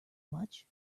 much